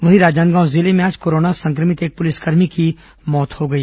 वहीं राजनांदगांव जिले में आज कोरोना संक्रमित एक पुलिसकर्मी की मौत हो गई